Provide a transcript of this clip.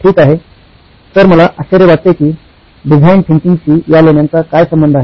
ठीक आहे तर मला आश्चर्य वाटते की डिझाईन थिंकींगशी या लेण्यांचा काय संबंध आहे